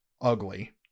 ugly